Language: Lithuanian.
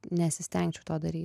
nesistengčiau to daryt